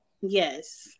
Yes